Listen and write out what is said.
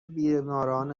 بیماران